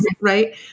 Right